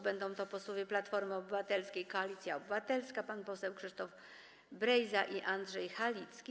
Będą to posłowie Platformy Obywatelskiej - Koalicji Obywatelskiej pan poseł Krzysztof Brejza i Andrzej Halicki.